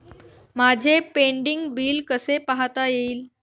माझे pending bill कसे पाहता येईल?